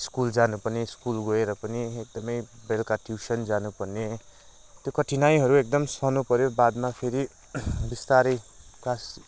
school जानु पर्ने school गएर पनि एकदमै बेल्का ट्युसन जानु पर्ने त्यो कठिनाइहरू एकदम सहनु पऱ्यो बादमा फेरि बिस्तारै क्लास